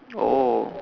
oh